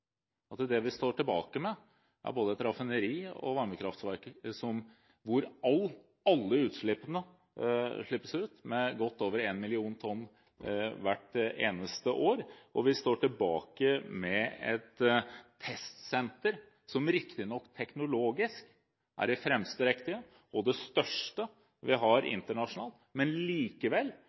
et raffineri og et varmekraftverk hvor alle utslippene slippes ut med godt over én million tonn hvert eneste år. Vi står tilbake med et testsenter, som riktignok teknologisk er i fremste rekke og det største vi har internasjonalt, men likevel